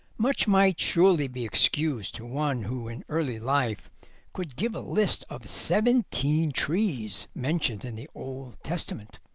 much might surely be excused to one who in early life could give a list of seventeen trees mentioned in the old testament.